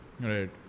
Right